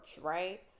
right